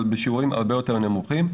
אבל בשיעורים הרבה יותר נמוכים.